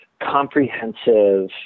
comprehensive